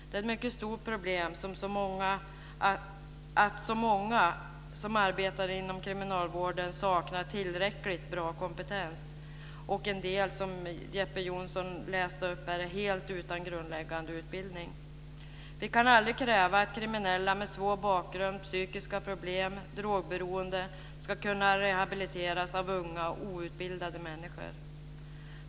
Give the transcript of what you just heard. Det är ett mycket stort problem att så många som arbetar inom kriminalvården saknar tillräckligt bra kompetens. Och en del, som Jeppe Johnsson läste upp här, är helt utan grundläggande utbildning. Vi kan aldrig kräva att kriminella med svår bakgrund, psykiska problem och drogberoende ska kunna rehabiliteras av unga outbildade människor.